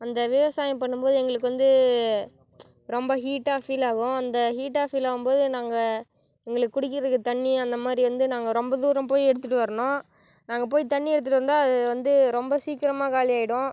அந்த விவசாயம் பண்ணும்போது எங்களுக்கு வந்து ரொம்ப ஹீட்டாக ஃபீல் ஆகும் அந்த ஹீட்டா ஃபீல் ஆகும்போது நாங்கள் எங்களுக்கு குடிக்கிறதுக்கு தண்ணி அந்த மாதிரி எந்த நாங்கள் ரொம்ப தூரம் போய் எடுத்துகிட்டு வரணும் நாங்கள் போய் தண்ணி எடுத்துகிட்டு வந்தால் அது வந்து ரொம்ப சீக்கிரமாக காலியாகிடும்